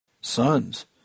Sons